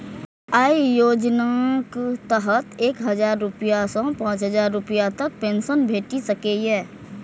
अय योजनाक तहत एक हजार रुपैया सं पांच हजार रुपैया तक पेंशन भेटि सकैए